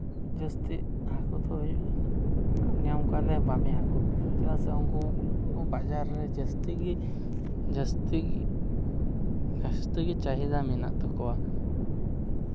ᱡᱟᱹᱥᱛᱤ ᱦᱟᱹᱠᱩ ᱫᱚ ᱦᱩᱭᱩᱜ ᱧᱟᱢ ᱠᱚᱣᱟᱞᱮ ᱵᱟᱢᱤ ᱦᱟᱹᱠᱩ ᱪᱮᱫᱟᱜ ᱥᱮ ᱩᱱᱠᱩ ᱵᱟᱡᱟᱨ ᱨᱮ ᱡᱟᱹᱥᱛᱤ ᱜᱮ ᱡᱟᱹᱥᱛᱤ ᱜᱮ ᱡᱟᱹᱥᱛᱤ ᱜᱮ ᱪᱟᱹᱦᱤᱫᱟ ᱢᱮᱱᱟᱜ ᱛᱟᱠᱚᱣᱟ